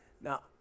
Now